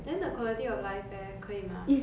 then the quality of life eh 可以吗